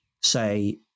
say